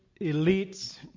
elites